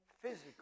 physical